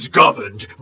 governed